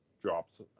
drops